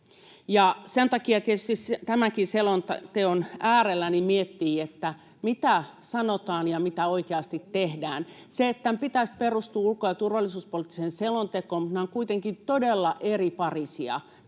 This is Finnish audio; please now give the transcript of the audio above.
tietysti tämänkin selonteon äärellä miettii, mitä sanotaan ja mitä oikeasti tehdään. Tämän pitäisi perustua ulko- ja turvallisuuspoliittiseen selontekoon, mutta nämä ovat kuitenkin todella eriparisia,